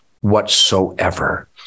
Whatsoever